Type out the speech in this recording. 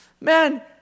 Man